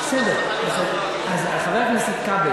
חבר הכנסת כבל,